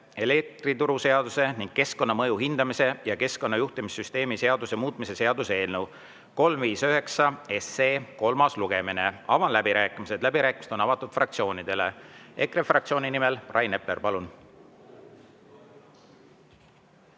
elektrituruseaduse ning keskkonnamõju hindamise ja keskkonnajuhtimissüsteemi seaduse muutmise seaduse eelnõu 359 kolmas lugemine. Avan läbirääkimised, läbirääkimised on avatud fraktsioonidele. EKRE fraktsiooni nimel Rain Epler, palun!